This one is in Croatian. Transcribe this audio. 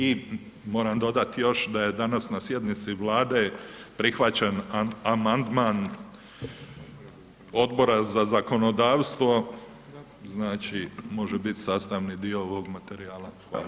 I moram dodat još da je danas na sjednici Vlade prihvaćen amandman Odbora za zakonodavstvo, znači, može bit sastavni dio ovog materijala.